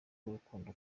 rukundo